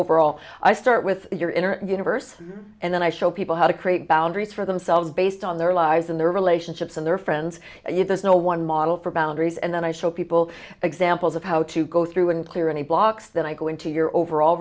overall i start with your inner universe and then i show people how to create boundaries for themselves based on their lives and their relationships and their friends you there's no one model for boundaries and then i show people examples of how to go through and clear any blocks then i go into your overall